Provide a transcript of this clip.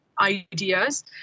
ideas